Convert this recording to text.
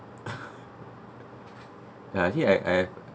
ya actually I I've